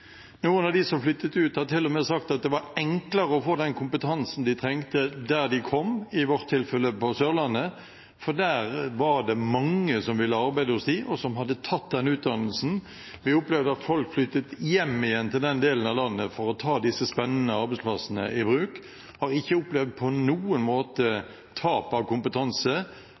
Noen av dem som flyttet ut, har til og med sagt at det var enklere å få den kompetansen de trengte, der de kom, i vårt tilfelle på Sørlandet, for der var det mange som ville arbeide hos dem, og som hadde tatt den utdannelsen. Vi opplevde at folk flyttet hjem igjen til den delen av landet for å ta disse spennende arbeidsplassene i bruk. Vi har ikke på noen måte opplevd tap av kompetanse